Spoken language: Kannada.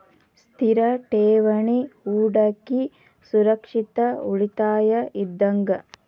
ಸ್ಥಿರ ಠೇವಣಿ ಹೂಡಕಿ ಸುರಕ್ಷಿತ ಉಳಿತಾಯ ಇದ್ದಂಗ